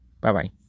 Bye-bye